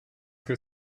que